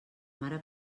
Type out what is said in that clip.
mare